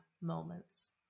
moments